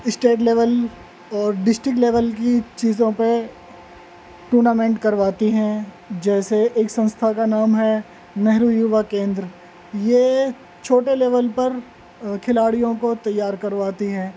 state level اور district level کی چیزوں پہ ٹورنامنٹ کرواتی ہیں جیسے ایک سنستھا کا نام ہے نہرو یوا کیندر یہ چھوٹے لیول پر کھلاڑیوں کو تیار کرواتی ہے